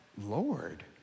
Lord